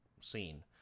scene